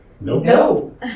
No